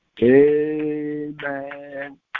Amen